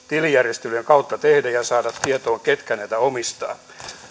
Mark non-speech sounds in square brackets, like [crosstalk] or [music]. [unintelligible] tilijärjestelyjen kautta tehdä ja saada tietoa ketkä näitä omistaa